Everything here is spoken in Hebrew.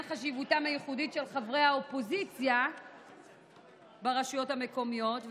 חשיבותם הייחודית של חברי האופוזיציה ברשויות המקומיות.